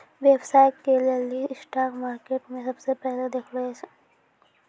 व्यवसाय के लेली स्टाक मार्केट के सबसे पहिलै देखलो जाय छै